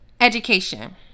education